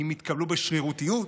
אם התקבלו בשרירותיות,